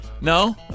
No